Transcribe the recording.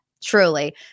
truly